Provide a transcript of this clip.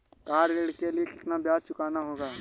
Car ऋण के लिए कितना ब्याज चुकाना होगा?